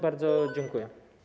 Bardzo dziękuję.